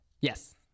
Yes